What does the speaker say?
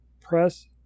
press